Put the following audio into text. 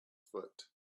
foot